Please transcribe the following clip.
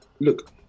look